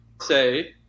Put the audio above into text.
say